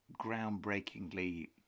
groundbreakingly